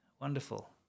Wonderful